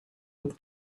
with